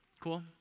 Cool